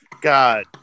God